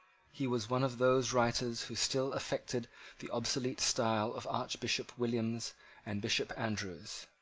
he was one of those writers who still affected the obsolete style of archbishop williams and bishop andrews.